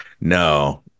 no